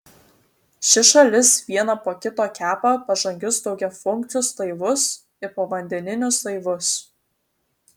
ši šalis vieną po kito kepa pažangius daugiafunkcius laivus ir povandeninius laivus